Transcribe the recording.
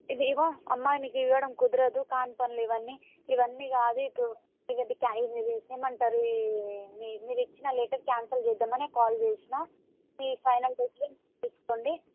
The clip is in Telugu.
ఇది ఏమో అమ్మ మీకు ఇవ్వడం కుదరదు కానీ పనులు ఇవన్నీ ఇవన్నీ కాదు ఏమి అంటారు ఈ మీరు ఇచ్చిన లెటర్ క్యాన్సిల్ చేద్దామనే కాల్ చేసినా మీ ఫైనల్ డెసిషన్ మీరు తీసుకోండి